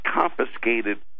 confiscated